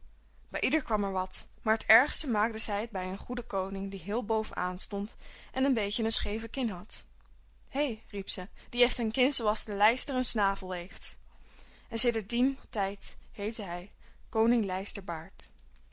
bij ieder kwam er wat maar t ergst maakte zij het bij een goeden koning die heel bovenaan stond en een beetje een scheeve kin had hé riep ze die heeft een kin zooals de lijster een snavel heeft en sedert dien tijd heette hij koning